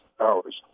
hours